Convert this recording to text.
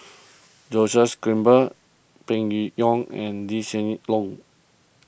Joses Grimberg Peng Yuyun and Lee Hsien Loong